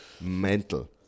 mental